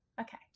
Okay